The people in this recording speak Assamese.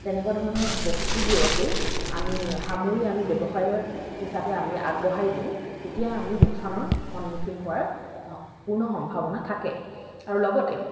তেনেকুৱা ধৰণৰ বস্তুবোৰকেই আমি সামৰি আমি ব্যৱসায়ৰ হিচাপে আমি আগবঢ়াই দিওঁ তেতিয়া আমি লোকচানৰ সন্মুখীন হোৱাৰ পূৰ্ণ সম্ভাৱনা থাকে আৰু লগতে